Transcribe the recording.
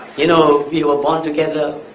you know, we were born together,